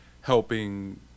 helping